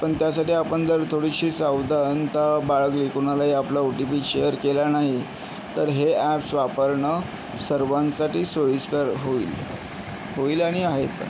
पण त्यासाठी आपण जर थोडीशी सावधानता बाळगली कुणालाही आपला ओ टी पी शेअर केला नाही तर हे ॲप्स वापरणं सर्वांसाठी सोईस्कर होईल होईल आणि आहे पण